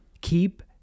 keep